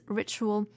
ritual